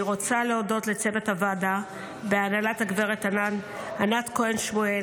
אני רוצה להודות לצוות הוועדה בהנהלת גב' ענת כהן שמואל,